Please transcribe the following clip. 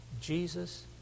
Jesus